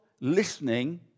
listening